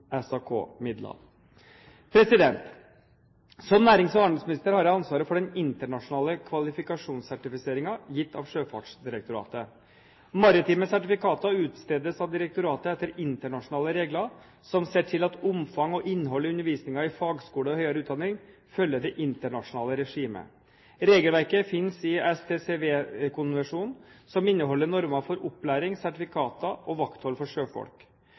Som nærings- og handelsminister har jeg ansvaret for den internasjonale kvalifikasjonssertifiseringen gitt av Sjøfartsdirektoratet. Maritime sertifikater utstedes av direktoratet etter internasjonale regler som ser til at omfang og innhold i undervisningen i fagskole og høyere utdanning følger det internasjonale regimet. Regelverket finnes i STCW-konvensjonen, som inneholder normer for opplæring, sertifikater og vakthold for sjøfolk.